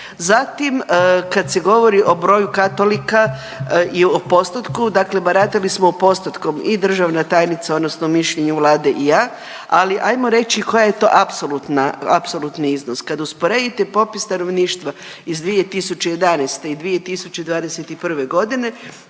Zatim kad se govori o broju katolika i o postotku dakle baratali smo postotkom i državna tajnica odnosno u mišljenju Vlade i ja, ali ajmo reći koja je to apsolutna, apsolutni iznos. Kad usporedite popis stanovništva iz 2011. i 2021. godine